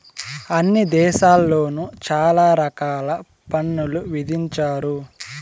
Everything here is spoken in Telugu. అన్ని దేశాల్లోను చాలా రకాల పన్నులు విధించారు